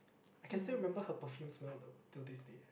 I can still remember her perfume smell though till this day